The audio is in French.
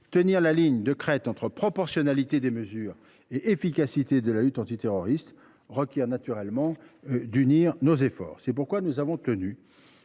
Tenir la ligne de crête entre proportionnalité des mesures et efficacité de la lutte antiterroriste requiert d’unir nos efforts. C’est pourquoi nous avons tenu